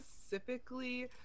specifically